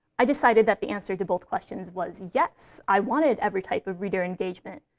i decided that the answer to both questions was yes. i wanted every type of reader engagement,